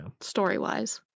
story-wise